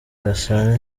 gasana